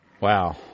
Wow